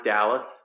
Dallas